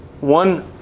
one